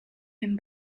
him